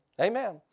Amen